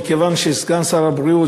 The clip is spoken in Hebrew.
מכיוון שסגן שר הבריאות,